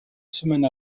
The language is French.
semaines